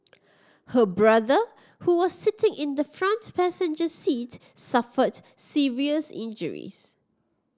her brother who was sitting in the front passenger seat suffered serious injuries